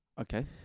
Okay